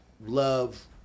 love